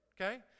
Okay